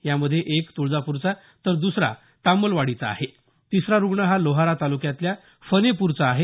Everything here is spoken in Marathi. यामध्ये एक तुळजापूरचा तर दुसरा तामलवाडीचा आहे तिसरा रुग्ण हा लोहारा तालुक्यातल्या फनेपूरचा आहे